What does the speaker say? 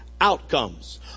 Outcomes